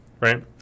right